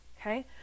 okay